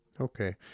Okay